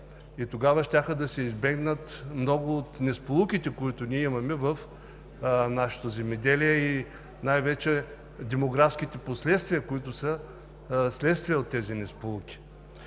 и тогава щяха да се избегнат много от несполуките, които имаме в нашето земеделие, и най-вече демографските последствия, които са следствие от тези несполуки.